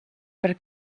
par